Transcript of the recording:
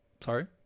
Sorry